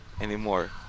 anymore